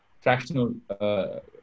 fractional